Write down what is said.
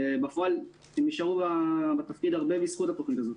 בפועל הם נשארו בתפקיד הרבה בזכות התוכנית הזאת.